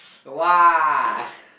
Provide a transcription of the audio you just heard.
oh !wow!